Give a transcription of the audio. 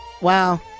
Wow